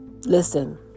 Listen